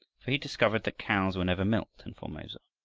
for he discovered that cows were never milked in formosa.